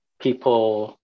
people